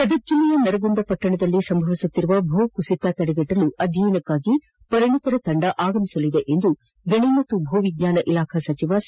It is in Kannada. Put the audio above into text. ಗದಗ ಜಿಲ್ಲೆಯ ನರಗುಂದ ಪಟ್ಟಣದಲ್ಲಿ ಸಂಭವಿಸುತ್ತಿರುವ ಭೂಕುಸಿತ ತಡೆಗಟ್ಟಲು ಅದ್ವಯನಕಾಗಿ ಪರಿಣಿತರ ತಂಡ ಆಗಮಿಸಲಿದೆ ಎಂದು ಗಣಿ ಮತ್ತು ಭೂವಿಜ್ಞಾನ ಇಲಾಖಾ ಸಚಿವ ಸಿ